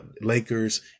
Lakers